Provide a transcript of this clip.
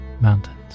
mountains